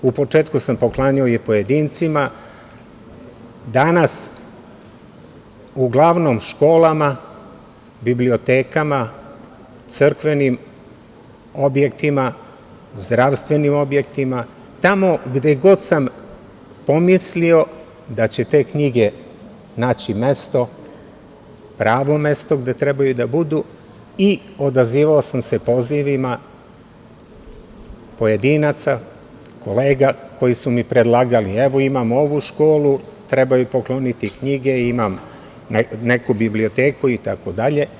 U početku sam poklanjao pojedincima, danas uglavnom školama, bibliotekama, crkvenim objektima, zdravstvenim objektima, tamo gde god sam pomislio da će te knjige naći mesto, pravo mesto gde treba da budu i odazivao sam se pozivima pojedinaca, kolega koji su mi predlagali – evo, imam ovu školu, treba joj pokloniti knjige, imam neku biblioteku itd.